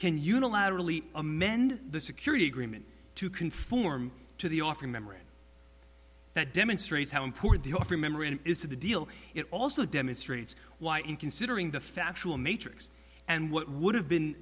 can unilaterally amend the security agreement to conform to the offering memory that demonstrates how important the offering memory is of the deal it also demonstrates why in considering the factual matrix and what would have been